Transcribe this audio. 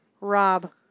Rob